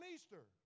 Easter